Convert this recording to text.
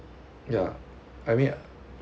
yeah I mean